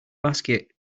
basket